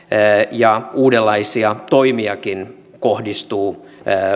ja uudenlaisia toimiakin kohdistuu